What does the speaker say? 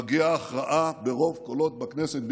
מגיעה ההכרעה ברוב קולות בכנסת,